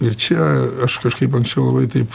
ir čia aš kažkaip anksčiau labai taip